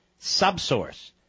subsource